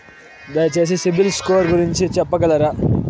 దయచేసి CIBIL score గురించి చెప్పగలరా?